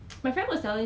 what